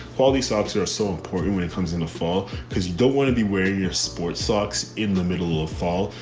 quality sops are so important when it comes in into fall cause you don't want to be wearing your sports socks in the middle of fall.